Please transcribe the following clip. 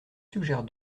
suggère